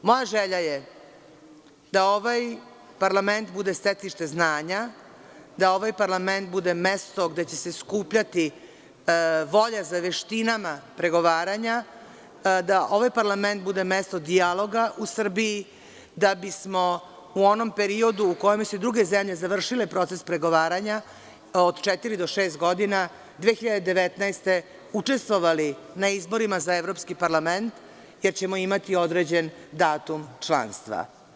Moja želja je da ovaj parlament bude stecište znanja, da ovaj parlament bude mesto gde će se skupljati volja za veštinama pregovaranja, da ovaj parlament bude mesto dijaloga u Srbiji, da bismo u onom periodu u kojem su i druge zemlje završile proces pregovaranja, od četiri do šest godina 2019. godine, učestvovali na izborima za evropski parlament, jer ćemo imati određen datum članstva.